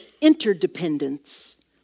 interdependence